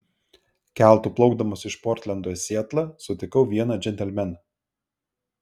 keltu plaukdamas iš portlendo į sietlą sutikau vieną džentelmeną